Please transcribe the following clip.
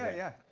yeah, yeah.